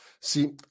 See